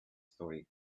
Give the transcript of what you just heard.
story